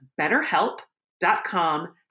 betterhelp.com